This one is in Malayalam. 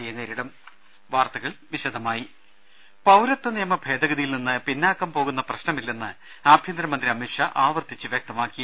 സിയെ നേരിടും ൾട്ട്ട്ട്ട്ട്ട്ട പൌരത്വ നിയമ ഭേദഗതിയിൽ നിന്ന് പിന്നാക്കം പോകുന്ന പ്രശ്നമില്ലെന്ന് ആഭ്യന്തര മന്ത്രി അമിത്ഷാ ആവർത്തിച്ച് വ്യക്തമാക്കി